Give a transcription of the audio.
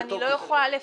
אני לא יכולה לפרט,